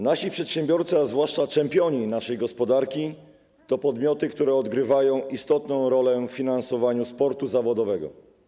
Nasi przedsiębiorcy, a zwłaszcza czempioni naszej gospodarki, to podmioty, które odgrywają istotną rolę w finansowaniu sportu zawodowego.